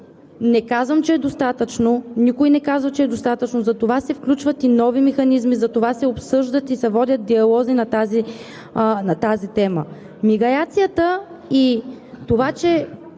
не казвам, че е достатъчно, никой не казва, че е достатъчно. Затова се включват и нови механизми, затова се обсъждат и водят диалози на тази тема. Миграцията и това че